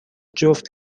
جفت